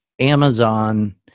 Amazon